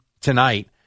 tonight